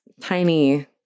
tiny